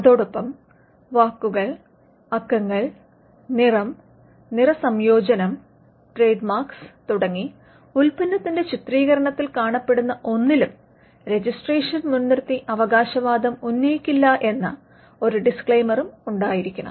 അതോടൊപ്പം വാക്കുകൾ അക്കങ്ങൾനിറം നിറസംയോജനം ട്രേഡ്മാർക്സ് തുടങ്ങി ഉല്പന്നത്തിന്റെ ചിത്രീകരണത്തിൽ കാണപ്പെടുന്ന ഒന്നിലും റജിസ്ട്രേഷൻ മുൻനിർത്തി അവകാശവാദം ഉന്നയിക്കില്ല എന്ന ഒരു ഡിസ്ക്ലെയ്മറും ഉണ്ടായിരിക്കണം